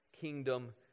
kingdom